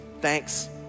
thanks